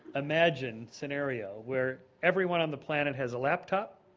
imagined scenario where everyone on the planet has a laptop,